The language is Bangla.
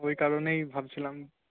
ওই কারণেই ভাবছিলাম